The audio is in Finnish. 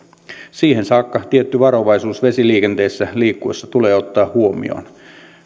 siihen saakka tietty varovaisuus vesiliikenteessä liikkuessa tulee ottaa huomioon